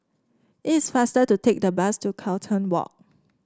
it is faster to take the bus to Carlton Walk